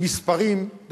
מספרים,